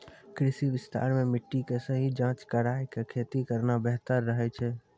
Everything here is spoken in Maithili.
कृषि विस्तार मॅ मिट्टी के सही जांच कराय क खेती करना बेहतर रहै छै